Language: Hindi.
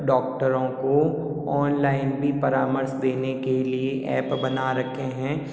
डॉक्टरों को ऑनलाइन भी परामर्श देने के लिए एप बना रखें हैं